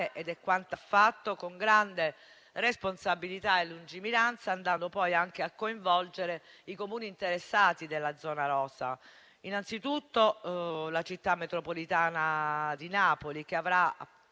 ed è quanto ha fatto, con grande responsabilità e lungimiranza, andando poi anche a coinvolgere i Comuni interessati della zona rossa. Innanzitutto la città metropolitana di Napoli, che avrà un